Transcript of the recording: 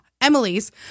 Emily's